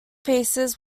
pieces